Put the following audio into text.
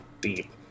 deep